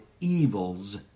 evils